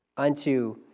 unto